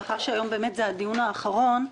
מאחר שהיום זה הדיון האחרון,